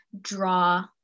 draw